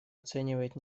оценивает